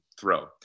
throw